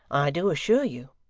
do assure you